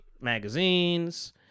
magazines